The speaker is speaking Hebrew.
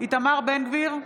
איתמר בן גביר,